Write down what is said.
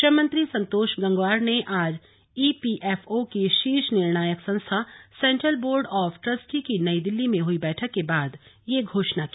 श्रम मंत्री संतोष गंगवार ने आज ईपीएफओ की शीर्ष निर्णायक संस्था सेन्ट्रल बोर्ड ऑफ ट्रस्टी की नई दिल्ली में हुई बैठक के बाद यह घोषणा की